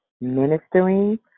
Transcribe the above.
ministering